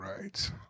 right